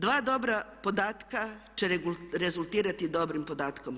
Dva dobra podatka će rezultirati dobrim podatkom.